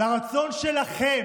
הרצון שלכם,